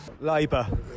Labour